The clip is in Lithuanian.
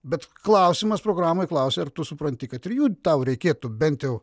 bet klausimas programoj klausė ar tu supranti kad ir jų tau reikėtų bent jau